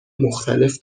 مختلف